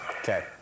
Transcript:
Okay